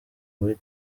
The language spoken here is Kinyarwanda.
muri